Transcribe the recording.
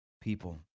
people